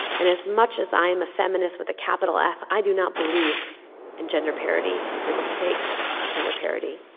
and as much as i'm a feminist, with a capital f, i do not believe in gender parody, for the sake of gender parody,